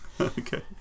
okay